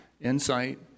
insight